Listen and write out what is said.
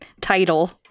title